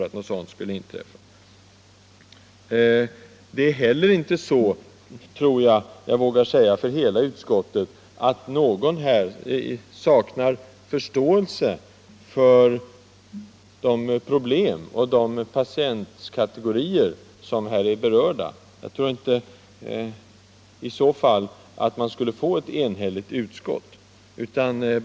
Det är heller inte så — jag tror jag vågar säga det för hela utskottet —- att någon där saknar förståelse för de problem och de patientkategorier som här är berörda. Om så hade varit fallet skulle vi nog inte ha fått ett enhälligt utskott.